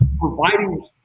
providing